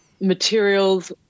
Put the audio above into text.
materials